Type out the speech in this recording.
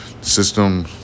system